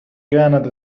كانت